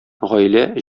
гаилә